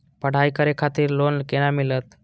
पढ़ाई करे खातिर लोन केना मिलत?